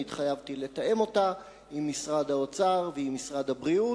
אני התחייבתי לתאם אותה עם משרד האוצר ועם משרד הבריאות,